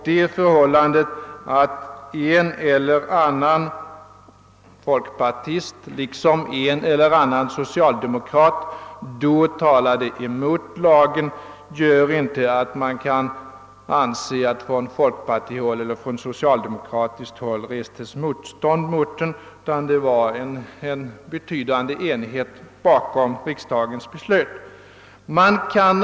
Det förhållandet att en eller annan folkpartist liksom också en eller annan socialdemokrat då talade mot lagförslaget innebär inte att man nu kan säga att det restes motstånd mot lagen från folkpartistiskt eller socialdemokratiskt håll. Det var som sagt en betydande enighet bakom riksdagens beslut den gången.